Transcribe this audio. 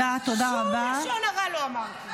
שום לשון הרע לא אמרתי.